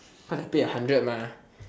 cause I pay a hundred mah